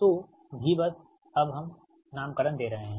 तो Vbus अब हम नाम करण दे रहे हैं